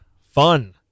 fun